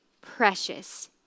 precious